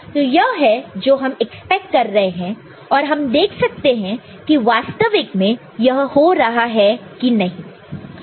तो यह है जो हम एक्सपेक्ट कर रहे हैं और हम देख सकते हैं की वास्तविक में यह हो रहा है कि नहीं